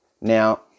Now